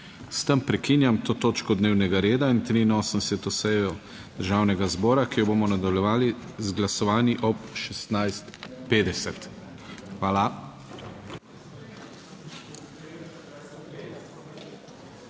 S tem prekinjam to točko dnevnega reda in 83. sejo Državnega zbora, ki jo bomo nadaljevali z glasovanji ob 16.50. Hvala.